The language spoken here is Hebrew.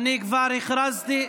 אני כבר הכרזתי,